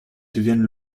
devienne